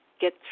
get